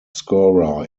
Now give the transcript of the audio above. scorer